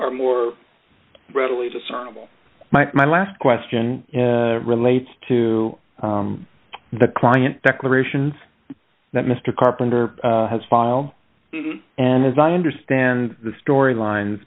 are more readily discernible my last question relates to the client declarations that mr carpenter has file and as i understand the story line